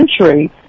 century